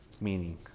meaning